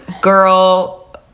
Girl